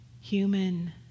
human